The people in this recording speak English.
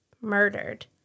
murdered